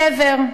שבר,